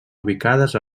ubicades